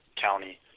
county